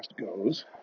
goes